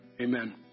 Amen